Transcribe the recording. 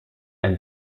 einen